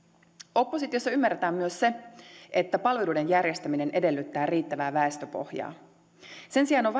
oppositiossa ymmärretään myös se että palveluiden järjestäminen edellyttää riittävää väestöpohjaa sen sijaan on